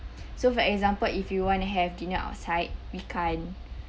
so for example if you want to have dinner outside we can't